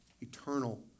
eternal